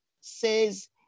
says